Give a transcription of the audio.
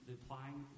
applying